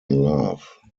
love